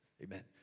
Amen